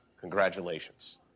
Congratulations